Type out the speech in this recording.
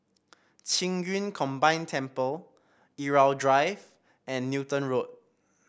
Qing Yun Combine Temple Irau Drive and Newton Road